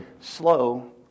slow